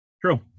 True